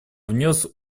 внес